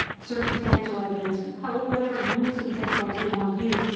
circumstantial evidence, whatever rules and safeguards we wanna use,